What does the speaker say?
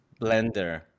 Blender